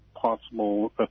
possible